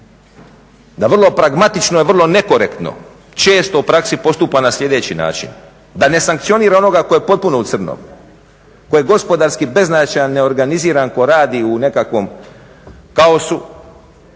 da vrlo pragmatično i vrlo nekorektno često u praksi postupa na sljedeći način, da ne sankcionira onoga koji je potpuno u crnom, koji je gospodarski beznačajan, neorganiziran tko radi u nekakvom kaosu